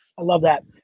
love that,